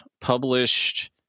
published